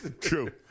True